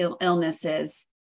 illnesses